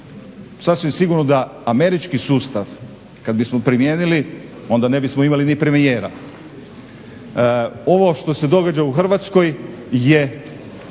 Sasvim sigurno da američki sustav kad bismo primijenili onda ne bismo imali ni premijera. Ovo što se događa u Hrvatskoj je